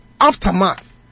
aftermath